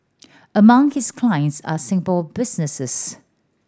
among his clients are Singapore businesses